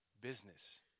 business